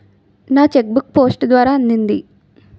నా cheque book post ద్వారా అందింది